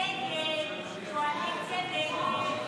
הסתייגות 38 לא נתקבלה.